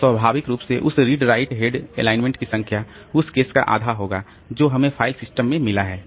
तब स्वाभाविक रूप से उस रीड राइट हेड एलाइनमेंट की संख्या उस केस का आधा होगा जो हमें फाइल सिस्टम में मिला है